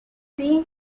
así